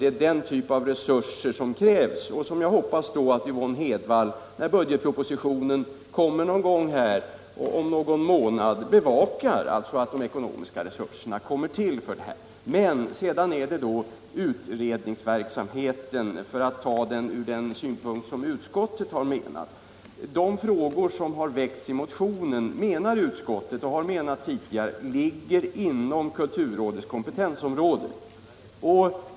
Det är denna typ av resurser som krävs. Jag hoppas att Yvonne Hedvall, när budgetpropositionen kommer om några månader, bevakar att ekonomiska resurser ges för dessa ändamål. Så till utredningsverksamheten, för att ta den från utskottets synpunkt. Utskottet anser och har tidigare ansett att de frågor som tas upp i motionen ligger inom kulturrådets kompetensområde.